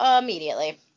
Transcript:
immediately